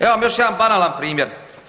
Evo vam još jedan banalan primjer.